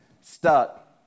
stuck